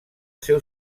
seu